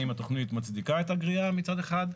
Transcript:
האם התכנית מצדיקה את הגריעה מצד אחד,